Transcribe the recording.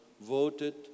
voted